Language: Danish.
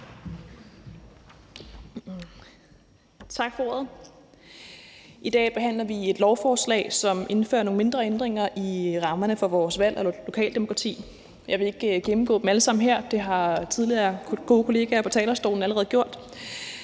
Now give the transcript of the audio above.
Tak for ordet. I dag behandler vi et lovforslag, som indfører nogle mindre ændringer i rammerne for vores valg og lokaldemokrati. Jeg vil ikke gennemgå dem alle sammen her. Det har tidligere gode kollegaer på talerstolen allerede gjort.